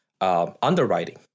underwriting